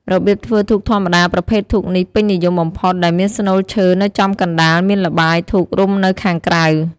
របៀបធ្វើធូបធម្មតាប្រភេទធូបនេះពេញនិយមបំផុតដែលមានស្នូលឈើនៅចំកណ្ដាលមានល្បាយធូបរុំនៅខាងក្រៅ។